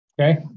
Okay